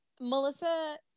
Melissa